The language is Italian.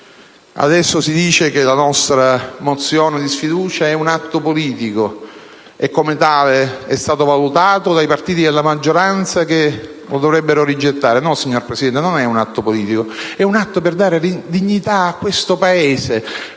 Adesso si dice che la nostra mozione di sfiducia è un atto politico e, come tale, è stato valutato dai partiti della maggioranza che lo dovrebbero rigettare. No, signor Presidente, non è un atto politico: è un atto per dare dignità a questo Paese